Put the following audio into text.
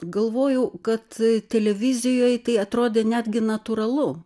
galvojau kad televizijoj tai atrodė netgi natūralu